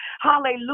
Hallelujah